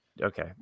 Okay